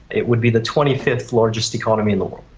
it would be the twenty fifth largest economy in the world.